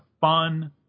fun